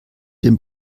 dem